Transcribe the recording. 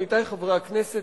עמיתי חברי הכנסת,